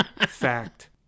Fact